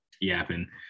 yapping